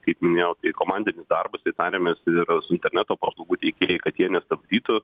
kaip minėjau tai komandinis darbas tai tarėmės ir su interneto paslaugų teikėjai kad jie nestabdytų